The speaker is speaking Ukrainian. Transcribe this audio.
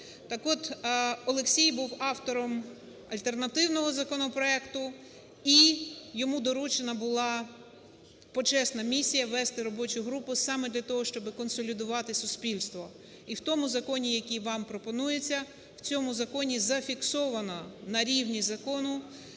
Так от, Олексій був автором альтернативного законопроекту, і йому доручена була почесна місія вести робочу групу саме для того, щоби консолідувати суспільство. І в тому законі, який вам пропонується, в цьому законі зафіксовано на рівні закону